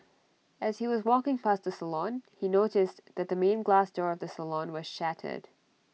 as he was walking past the salon he noticed that the main glass door of the salon was shattered